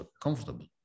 comfortable